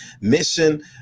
Mission